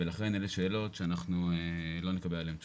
ולכן, אלה שאלות שאנחנו לא נקבל עליהן תשובות.